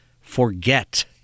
forget